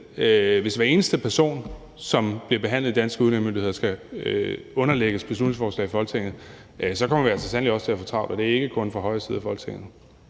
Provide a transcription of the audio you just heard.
hvis hver eneste person, som bliver behandlet af de danske udlændingemyndigheder, skal underlægges beslutningsforslag i Folketinget, kommer vi sandelig til at få travlt, og det er ikke kun i forhold til højre side af Folketinget.